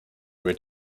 where